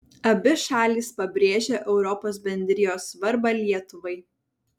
abi šalys pabrėžia europos bendrijos svarbą lietuvai